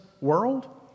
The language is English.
world